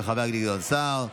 של חבר הכנסת גדעון סער.